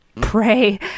Pray